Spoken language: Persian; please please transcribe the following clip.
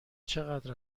چقدر